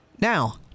Now